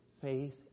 faith